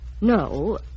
No